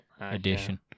edition